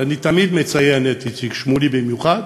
ואני תמיד מציין את איציק שמולי במיוחד,